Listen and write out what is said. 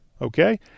Okay